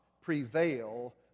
prevail